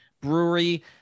Brewery